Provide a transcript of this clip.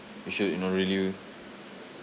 you should you know really